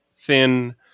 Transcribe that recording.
thin